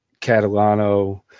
Catalano